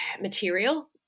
material